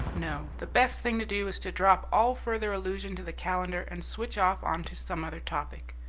no, the best thing to do is to drop all further allusion to the calendar and switch off on to some other topic.